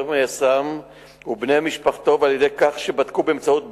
היס"מ ובני משפחתו על-ידי כך שבדקו באמצעות "בזק"